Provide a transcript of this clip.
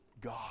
God